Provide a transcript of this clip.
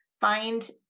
find